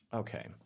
okay